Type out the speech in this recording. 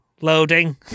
Loading